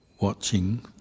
watching